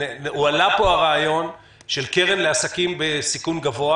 הועלה פה הרעיון של קרן לעסקים בסיכון גבוה.